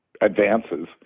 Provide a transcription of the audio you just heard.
advances